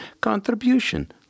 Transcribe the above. contribution